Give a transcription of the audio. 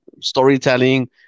storytelling